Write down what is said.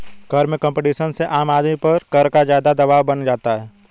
कर में कम्पटीशन से आम आदमी पर कर का ज़्यादा दवाब बन जाता है